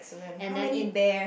and then in